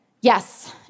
Yes